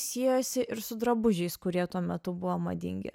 siejosi ir su drabužiais kurie tuo metu buvo madingi